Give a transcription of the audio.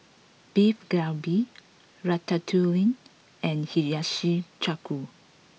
Beef Galbi Ratatouille and Hiyashi Chuka